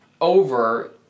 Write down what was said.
over